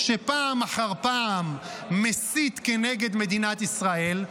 שפעם אחר פעם מסית כנגד מדינת ישראל,